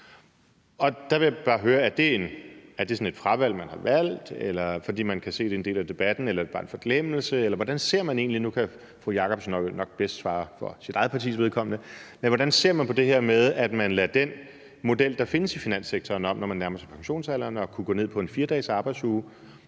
Der vil jeg bare høre: Er det sådan et fravalg, man har taget, eller er det, fordi man kan se, at det er en del af debatten, eller er det bare en forglemmelse? Nu kan fru Sólbjørg Jakobsen nok bedst svare på sit eget partis vegne, men hvordan ser man på det her med, at man lader den model, der findes i finanssektoren, om, at man, når man nærmer sig pensionsalderen, kan gå ned på en 4-dagesarbejdsuge,